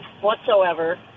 whatsoever